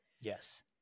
Yes